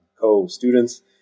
co-students